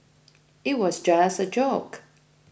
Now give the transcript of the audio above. it was just a joke